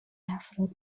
افراد